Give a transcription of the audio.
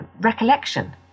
recollection